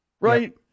Right